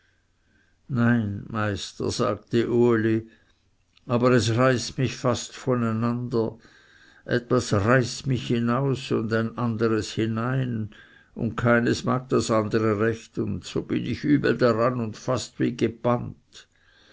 nein meister sagte uli aber es reißt mich fast voneinander etwas reißt mich hinaus und ein anderes hinein und keines mag das andere recht und so bin ich übel daran und fast wie gebannt